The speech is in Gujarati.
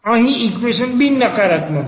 અહી ઈક્વેશન બિન નકારાત્મક છે